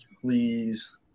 Please